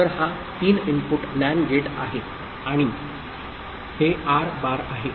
तर हा 3 input NAND gate आहे आणि हे R बार आहे